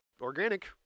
organic